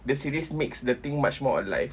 the series makes the thing much more alive